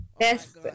Yes